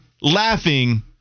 laughing